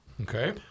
Okay